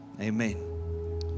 Amen